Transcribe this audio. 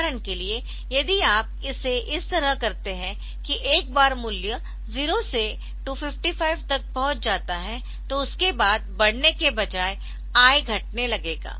उदाहरण के लिए यदि आप इसे इस तरह करते है कि एक बार मूल्य 0 से 255 तक पहुंच जाता है तो उसके बाद बढ़ने के बजाय I घटने लगेगा